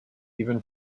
even